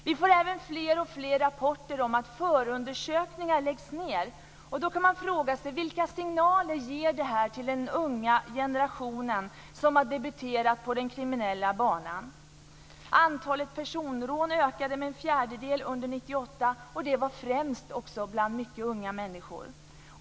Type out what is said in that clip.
Vi får även fler och fler rapporter om att förundersökningar läggs ned. Då kan man fråga sig vilka signaler det här ger till den unga generationen som har debuterat på den kriminella banan. Antalet personrån ökade med en fjärdedel 1998, och det var också främst bland mycket unga människor.